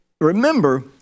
remember